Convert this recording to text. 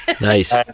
nice